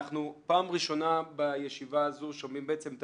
אנחנו פעם ראשונה בישיבה הזו שומעים בעצם את